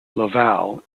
laval